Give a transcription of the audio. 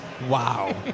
Wow